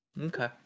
Okay